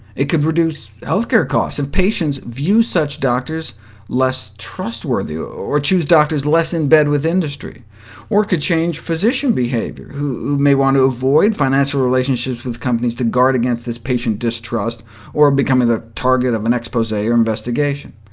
it could reduce healthcare costs if patients view such doctors less trustworthy, or choose doctors less in bed with industry or could change physician behavior, who may want to avoid financial relationships with companies to guard against this patient distrust or becoming the target of an expose or investigation.